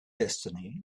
destiny